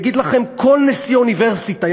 יגיד לכם כל נשיא אוניברסיטה,